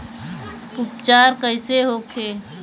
उपचार कईसे होखे?